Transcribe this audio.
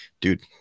dude